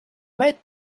met